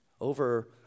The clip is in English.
Over